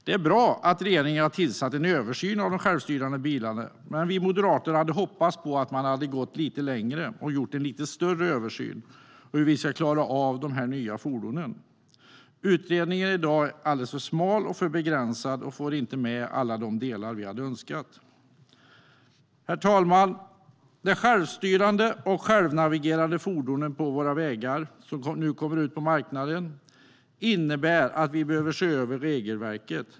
Det är bra att regeringen har tillsatt en översyn av de självstyrande bilarna, men vi moderater hade hoppats att man hade gått lite längre och gjort en lite större översyn av hur vi ska klara av dessa nya fordon. Utredningen är i dag alldeles för smal och för begränsad och får inte med alla de delar vi hade önskat. Herr talman! De självstyrande och självnavigerande fordon som nu kommer ut på marknaden innebär att vi behöver se över regelverket.